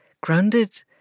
grounded